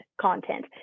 content